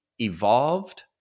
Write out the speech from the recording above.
evolved